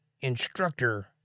instructor